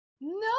No